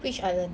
which island